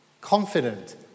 confident